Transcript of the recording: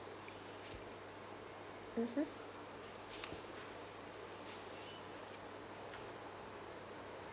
mmhmm